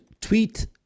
tweet